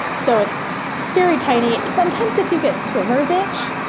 so it's very tiny. sometimes if you get swimmer's itch,